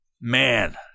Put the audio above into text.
man